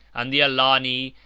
and the alani,